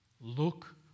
Look